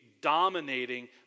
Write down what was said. dominating